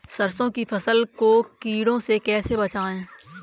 सरसों की फसल को कीड़ों से कैसे बचाएँ?